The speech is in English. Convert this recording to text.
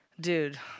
Dude